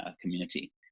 community